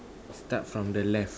start from the left